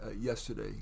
yesterday